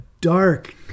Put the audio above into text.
dark